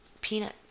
peanut